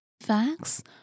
Facts